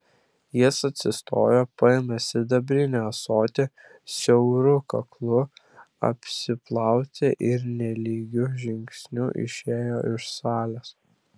jis atsistojo paėmė sidabrinį ąsotį siauru kaklu apsiplauti ir nelygiu žingsniu išėjo iš salės